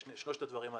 שלושת הדברים הללו.